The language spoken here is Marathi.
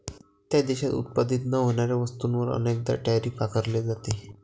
त्या देशात उत्पादित न होणाऱ्या वस्तूंवर अनेकदा टैरिफ आकारले जाते